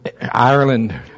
Ireland